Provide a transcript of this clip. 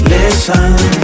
Listen